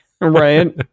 Right